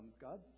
God